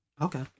okay